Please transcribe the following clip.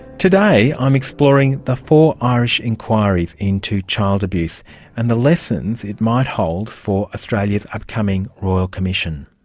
today i'm exploring the four irish inquiries into child abuse and the lessons it might hold for australia's upcoming royal commission.